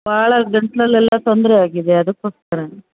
ಭಾಳ ಗಂಟ್ಳಲ್ಲಿ ಎಲ್ಲ ತೊಂದರೆ ಆಗಿದೆ ಅದಕ್ಕೋಸ್ಕರ